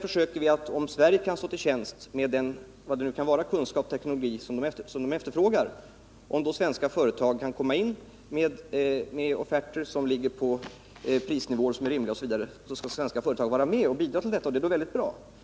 Om Sverige kan stå till tjänst med den kunskap eller teknologi som de efterfrågar och om svenska företag kan komma in med offerter som ligger på prisnivåer som är rimliga osv., då skall svenska företag också vara med och bidra till detta. Det går väldigt bra.